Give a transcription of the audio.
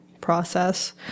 process